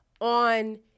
on